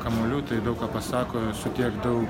kamuolių tai daug ką pasako su tiek daug